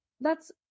That's-